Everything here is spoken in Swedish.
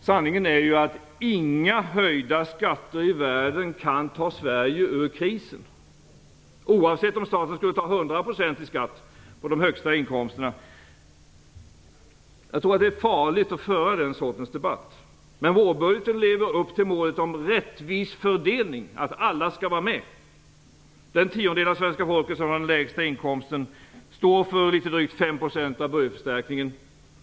Sanningen är ju att inga höjda skatter i världen kan ta Sverige ur krisen, oavsett om staten skulle ta 100 % i skatt på de högsta inkomsterna. Jag tror att det är farligt att föra den sortens debatt. Men vårbudgeten lever upp till målet om rättvis fördelning, att alla skall vara med. Den tiondel av svenska folket som har den lägsta inkomster står för litet drygt 5 % av budgetförstärkningen.